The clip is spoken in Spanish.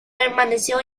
permaneció